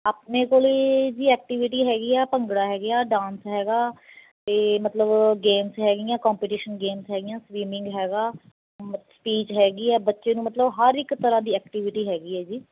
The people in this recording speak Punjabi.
ਆਪਣੇ ਕੋਲ ਜੀ ਐਕਟੀਵਿਟੀ ਹੈਗੀ ਆ ਭੰਗੜਾ ਹੈਗੇ ਆ ਡਾਂਸ ਹੈਗਾ ਅਤੇ ਮਤਲਬ ਗੇਮਜ ਹੈਗੀਆਂ ਕੰਪਟੀਸ਼ਨ ਗੇਮਜ ਹੈਗੀਆਂ ਸਵੀਮਿੰਗ ਹੈਗਾ ਸਪੀਚ ਹੈਗੀ ਆ ਬੱਚੇ ਨੂੰ ਮਤਲਬ ਹਰ ਇੱਕ ਤਰ੍ਹਾਂ ਦੀ ਐਕਟੀਵਿਟੀ ਹੈਗੀ ਹੈ ਜੀ